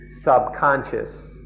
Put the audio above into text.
subconscious